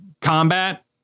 combat